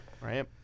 right